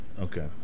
Okay